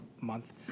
month